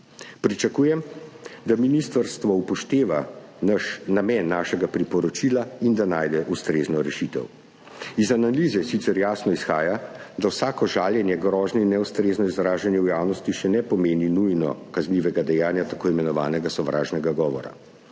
Pričakujem, da ministrstvo upošteva namen našega priporočila in da najde ustrezno rešitev. Iz analize sicer jasno izhaja, da vsako žaljenje, grožnje in neustrezno izražanje v javnosti še ne pomenijo nujno kaznivega dejanja tako imenovanega sovražnega govora,